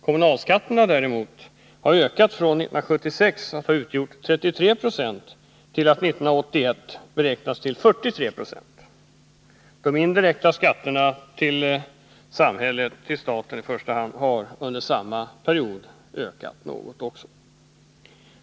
Kommunalskatterna har däremot ökat från att år 1976 ha utgjort 33 9 till att år 1981 beräknas till 43 Jo. De indirekta skatterna till samhället, i första hand till staten, har under samma period ökat något också.